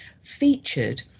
featured